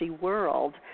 World